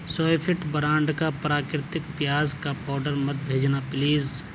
سوئے فٹ برانڈ کا پراکرتک پیاز کا پاؤڈر مت بھیجنا پلیز